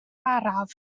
araf